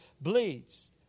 bleeds